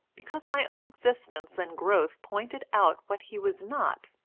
because my own existence and growth pointed out what he was not.